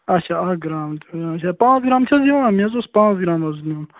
اَچھا اکھ گرٛام پانٛژھ گرٛام چھِ حظ یِوان مےٚ حظ اوس پانٛژھ گرٛام حظ نِیُن